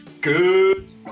Good